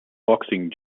boxing